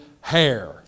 hair